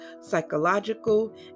psychological